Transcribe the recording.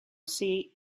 see